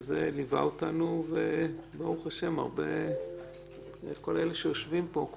וזה ליווה אותנו וברוך השם איך אומרים אלה שיושבים פה?